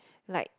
like